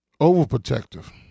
Overprotective